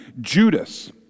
Judas